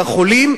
עם החולים,